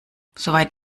soweit